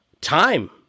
time